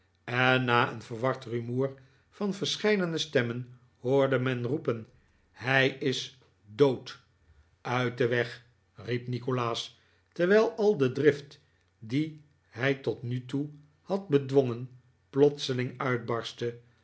en na een verward rumoer van verscheidene stemmen hoorde men roepen hij is dood uit den weg riep nikolaas terwijl al de drift die hij tot nu toe had bedwongen plotseling uitbarstte